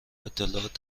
اطلاعات